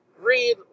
read